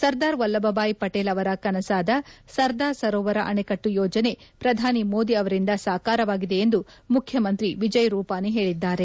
ಸರ್ದಾರ್ ವಲ್ಲಭಭಾಯಿ ಪಟೇಲ್ ಅವರ ಕನಸಾದ ಸರ್ದಾರ್ ಸರೋವರ ಅಣೆಕಟ್ಟು ಯೋಜನೆ ಶ್ರಧಾನಿ ಮೋದಿ ಅವರಿಂದ ಸಾಕಾರವಾಗಿದೆ ಎಂದು ಮುಖ್ಯಮಂತ್ರಿ ವಿಜಯ್ ರೂಪಾನಿ ಹೇಳಿದ್ದಾರೆ